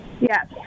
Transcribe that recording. Yes